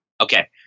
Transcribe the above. Okay